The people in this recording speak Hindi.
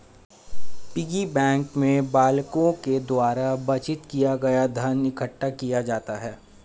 पिग्गी बैंक में बालकों के द्वारा बचत किया गया धन इकट्ठा किया जाता है